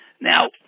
Now